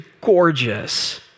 gorgeous